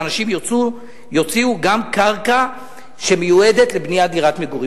שאנשים יוציאו גם קרקע שמיועדת לבניית דירת מגורים.